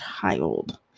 child